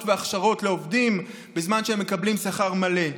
והכשרות לעובדים בזמן שהם מקבלים שכר מלא.